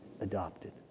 adopted